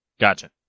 Gotcha